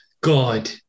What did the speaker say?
God